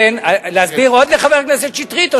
להסביר עוד לחבר הכנסת שטרית?